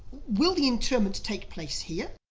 will the interment take place here?